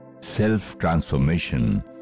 self-transformation